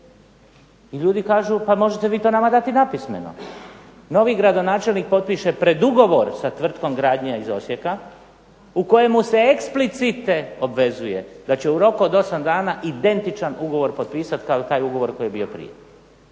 I ljudi kažu pa možete vi to nama dati napismeno. Novi gradonačelnik potpiše predugovor sa tvrtkom "Gradnja" iz Osijeka u kojemu se eksplicite obvezuje da će u roku od osam dana identičan ugovor potpisati kao i taj ugovor koji je bio prije.